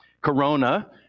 Corona